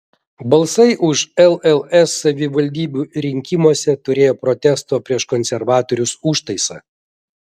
balsai už lls savivaldybių rinkimuose turėjo protesto prieš konservatorius užtaisą